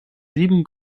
sieben